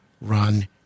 run